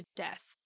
death